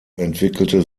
entwickelte